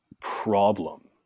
problem